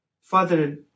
Father